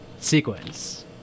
sequence